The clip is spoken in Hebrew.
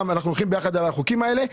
הולכים יחד על החוקים הללו.